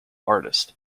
artist